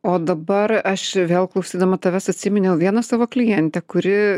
o dabar aš vėl klausydama tavęs atsiminiau vieną savo klientę kuri